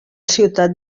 ciutat